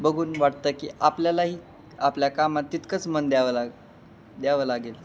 बघून वाटतं की आपल्यालाही आपल्या कामात तितकंच मन द्यावं लाग द्यावं लागेल